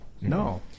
No